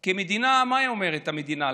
כי מה המדינה אומרת להם?